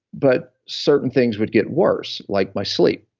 but certain things would get worse, like my sleep.